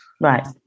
Right